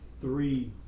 three